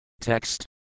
Text